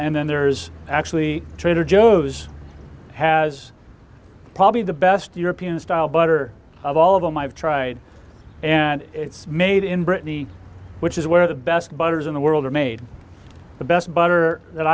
and then there's actually trader joe's has probably the best european style butter of all of them i've tried and it's made in brittany which is where the best butter is in the world are made the best butter that